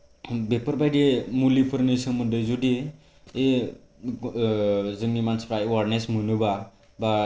दा बेफोरबादि मुलिफोरनि सोमोन्दै जुदि जोंनि मानसिफोरा एवेरनेज मोनोबा बा